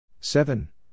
seven